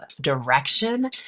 direction